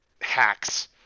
hacks